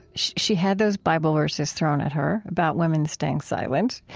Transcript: she had those bible verses thrown at her about women staying silent,